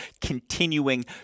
continuing